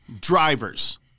Drivers